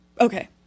Okay